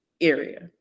area